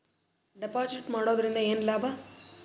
Deposit ಮಾಡುದರಿಂದ ಏನು ಲಾಭ?